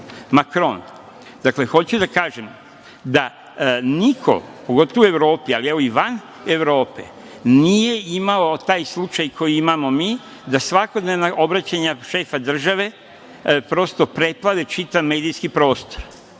Makron? Dakle, hoću da kažem da niko, pogotovo u Evropi, a evo i van Evrope nije imao taj slučaj koji imamo mi, da svakodnevna obraćanja šefa države, prosto preplave čitav medijski prostor.